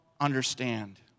understand